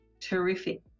terrific